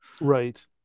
right